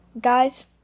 guys